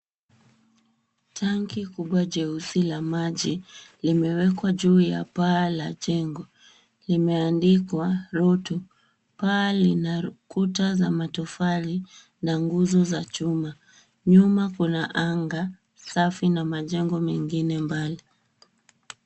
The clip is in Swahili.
Tanki kubwa jeusi la maji limewekwa juu ya paa la jengo. Limeandikwa Rotu. Paa lina kuta za matofali na nguzo za chuma. Nyuma kuna anga safi na majengo mengine mbali.